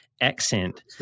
accent